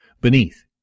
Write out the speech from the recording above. Beneath